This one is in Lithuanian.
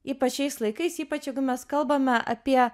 ypač šiais laikais ypač jeigu mes kalbame apie